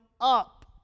up